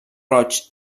roig